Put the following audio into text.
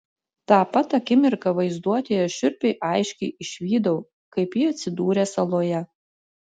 tą pat akimirką vaizduotėje šiurpiai aiškiai išvydau kaip ji atsidūrė saloje